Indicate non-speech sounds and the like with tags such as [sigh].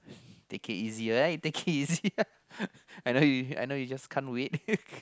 take it easy right take it easy [laughs] I know you I know you just can't wait